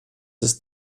ist